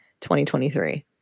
2023